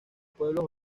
pueblos